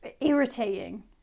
irritating